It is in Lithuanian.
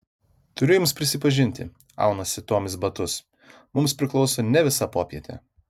turiu jums prisipažinti aunasi tomis batus mums priklauso ne visa popietė